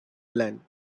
length